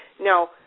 No